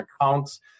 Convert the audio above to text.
accounts